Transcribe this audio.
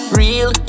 real